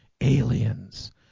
aliens